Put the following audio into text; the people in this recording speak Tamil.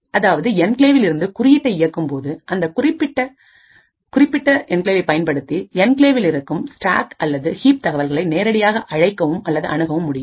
அதாவது என்கிளேவ் இல் இருந்து குறியீட்டை இயக்கும்போது அந்த குறிப்பிட்ட பயன்படுத்திஎன்கிளேவ் இல் இருக்கும் ஸ்டாக் அல்லது கிஇப் தகவல்களை நேரடியாக அழைக்கவும் அல்லது அணுகவும் முடியும்